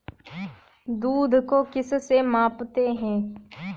दूध को किस से मापते हैं?